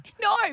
No